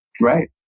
Right